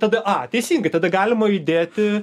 tada a teisingai tada galima judėti